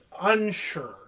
unsure